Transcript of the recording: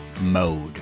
mode